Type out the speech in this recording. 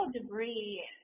debris